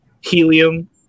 helium